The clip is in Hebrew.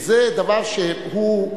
זה דבר שהוא,